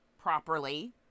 properly